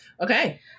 Okay